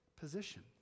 position